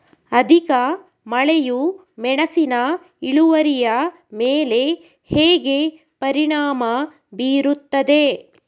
ಅಧಿಕ ಮಳೆಯು ಮೆಣಸಿನ ಇಳುವರಿಯ ಮೇಲೆ ಹೇಗೆ ಪರಿಣಾಮ ಬೀರುತ್ತದೆ?